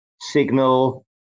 Signal